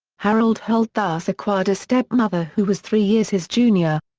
harold holt thus acquired a step-mother who was three years his junior.